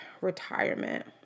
retirement